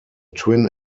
twin